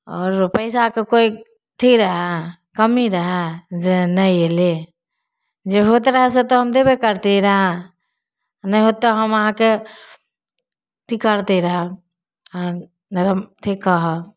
आओर पैसाके कोइ अथी रहय कमी रहय जे नहि अयली जे होयत रहऽ से तऽ हम देबे करती रहऽ नहि होत तऽ हम अहाँके अथी करती रहऽ नहि हम अथी कहब